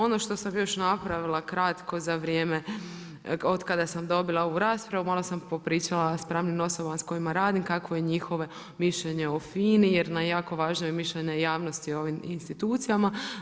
Ono što sam još napravila kratko, za vrijeme od kada sam dobila ovu raspravu, malo sam popričala s pravnim osobama s kojima radim, kakvo je njihovo mišljenje o FINA-i jer na jako važno mišljenje javnosti o ovim institucijama.